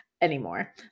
anymore